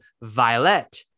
Violet